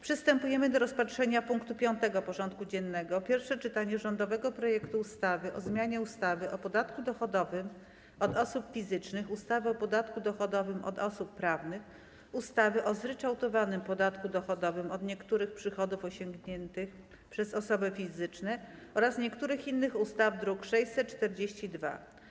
Przystępujemy do rozpatrzenia punktu 5. porządku dziennego: Pierwsze czytanie rządowego projektu ustawy o zmianie ustawy o podatku dochodowym od osób fizycznych, ustawy o podatku dochodowym od osób prawnych, ustawy o zryczałtowanym podatku dochodowym od niektórych przychodów osiąganych przez osoby fizyczne oraz niektórych innych ustaw (druk nr 642)